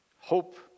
Hope